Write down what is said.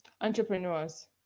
entrepreneurs